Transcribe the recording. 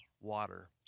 water